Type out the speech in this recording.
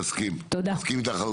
מסכים איתך.